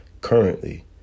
currently